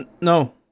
No